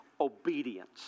obedience